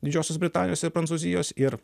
didžiosios britanijos ir prancūzijos ir